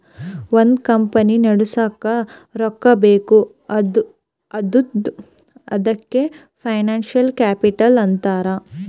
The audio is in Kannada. ಒಂದ್ ಕಂಪನಿ ನಡುಸ್ಲಾಕ್ ರೊಕ್ಕಾ ಬೇಕ್ ಆತ್ತುದ್ ಅದಕೆ ಫೈನಾನ್ಸಿಯಲ್ ಕ್ಯಾಪಿಟಲ್ ಅಂತಾರ್